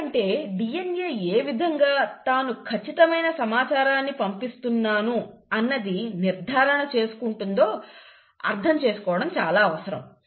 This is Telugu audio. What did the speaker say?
ఎందుకంటే DNA ఏ విధంగా తాను ఖచ్చితమైన సమాచారాన్ని పంపిస్తున్నాను అన్నది నిర్ధారణ చేసుకుంటుందో అర్థం చేసుకోవటం చాలా అవసరం